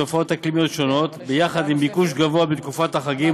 תופעות אקלימיות שונות יחד עם ביקוש גבוה בתקופת החגים,